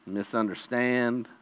misunderstand